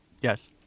Yes